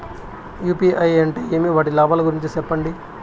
UPI అంటే ఏమి? వాటి లాభాల గురించి సెప్పండి?